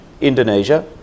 Indonesia